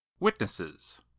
Witnesses